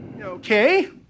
Okay